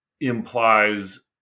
implies